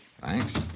Thanks